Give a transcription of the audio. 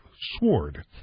sword